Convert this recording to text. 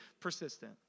persistent